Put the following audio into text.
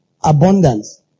abundance